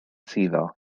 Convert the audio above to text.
suddo